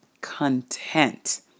content